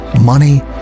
money